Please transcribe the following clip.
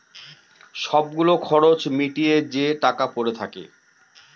সব গুলো খরচ মিটিয়ে যে টাকা পরে থাকে